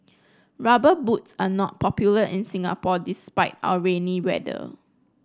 rubber boots are not popular in Singapore despite our rainy weather